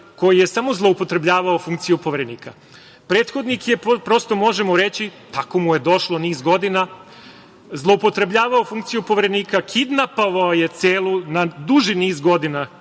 koji je samo zloupotrebljavao funkciju Poverenika. Prethodnik je, prosto možemo reći, tako mu je došlo, niz godina zloupotrebljavao funkciju Poverenika, kidnapovao je celu, na duži niz godina,